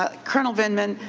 ah colonel vindman,